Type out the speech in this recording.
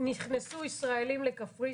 19,000 ישראלים נכנסו לקפריסין?